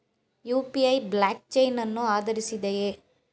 UPI blockchain ಅನ್ನು ಆಧರಿಸಿದೆಯೇ?